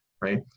right